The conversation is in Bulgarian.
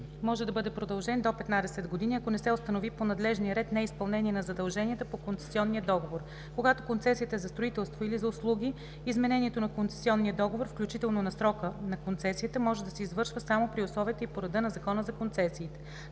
може да бъде продължен до 15 години, ако не се установи по надлежния ред неизпълнение на задълженията по концесионния договор. Когато концесията е за строителство или за услуги, изменението на концесионния договор, включително на срока на концесията, може да се извършва само при условията и по реда на Закона за концесиите.“